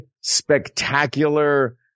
spectacular